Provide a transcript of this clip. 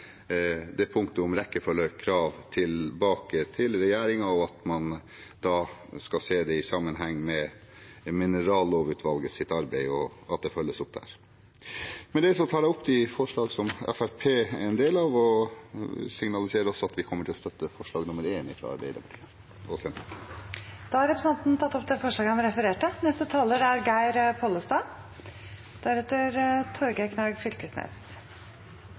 det punktet om rekkefølgekrav tilbake til regjeringen, og at man da skal se det i sammenheng med minerallovutvalgets arbeid, og at det følges opp der. Med det tar jeg opp forslaget som Fremskrittspartiet er en del av, og jeg signaliserer også at vi kommer til å støtte forslag nr. 1, fra Arbeiderpartiet og Senterpartiet. Representanten Bengt Rune Strifeldt har tatt opp det forslaget han refererte